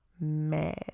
mad